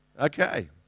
Okay